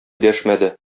дәшмәде